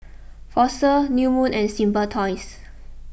Fossil New Moon and Simply Toys